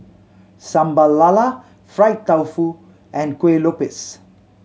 Sambal Lala fried tofu and Kueh Lopes